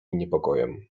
niepokojem